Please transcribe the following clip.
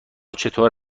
چطور